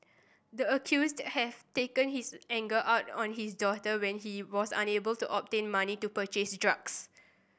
the accused have taken his anger out on his daughter when he was unable to obtain money to purchase drugs